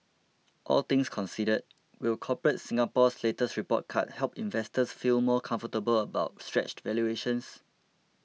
all things considered will Corporate Singapore's latest report card help investors feel more comfortable about stretched valuations